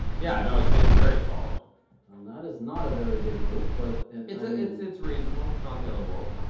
yeah i know it's very it's very solid and that is not a very good move but it's ah it's it's reasonable it's not the ah end